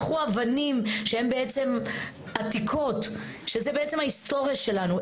לקחו אבנים עתיקות שהן ההיסטוריה שלנו,